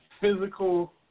Physical